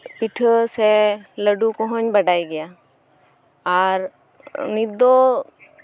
ᱚᱤᱴᱷᱟᱹ ᱥᱮ ᱞᱟᱹᱰᱩ ᱠᱚᱦᱚᱧ ᱵᱟᱰᱟᱭ ᱜᱮᱭᱟ ᱟᱨ ᱱᱤᱛ ᱫᱚ